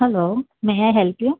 hello may I help you